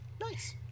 nice